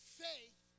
faith